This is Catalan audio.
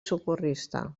socorrista